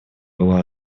была